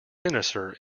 sinister